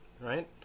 right